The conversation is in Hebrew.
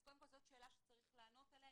אז קודם כל זו שאלה שצריך לענות עליה,